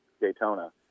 Daytona